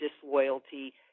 disloyalty